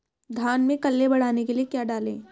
धान में कल्ले बढ़ाने के लिए क्या डालें?